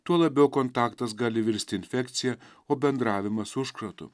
tuo labiau kontaktas gali virsti infekcija o bendravimas užkratu